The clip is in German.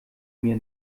mir